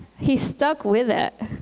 he stuck with it.